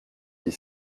des